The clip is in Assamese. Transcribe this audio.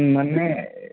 মানে